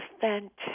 fantastic